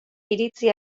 iritzi